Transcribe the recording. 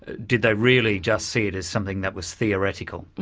did they really just see it as something that was theoretical?